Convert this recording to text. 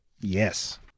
Yes